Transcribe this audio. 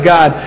God